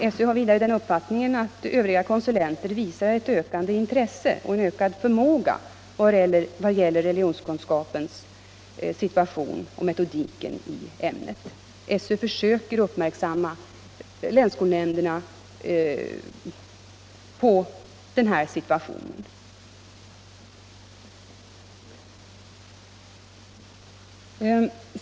SÖ har vidare den uppfattningen att övriga konsulenter visar ett ökande intresse och en ökad förmåga vad gäller religionskunskapens situation och metodiken i ämnet. SÖ försöker göra länsskolnämnderna uppmärksamma på denna situation.